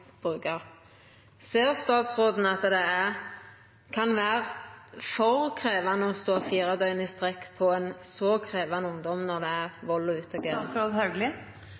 brukar. Ser statsråden at det kan vera for krevjande å stå fire døgn i strekk hos så krevjande ungdom, når det er vald og